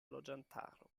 loĝantaro